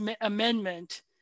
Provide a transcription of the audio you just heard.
amendment